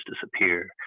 disappear